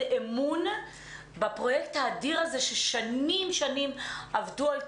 אמון בפרויקט האדיר הזה ששנים עבדו על קיומו.